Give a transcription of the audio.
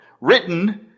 written